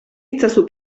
itzazu